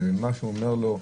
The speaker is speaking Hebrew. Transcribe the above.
מה שהוא אומר לו,